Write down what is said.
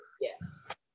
Yes